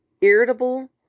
irritable